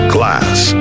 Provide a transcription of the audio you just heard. Class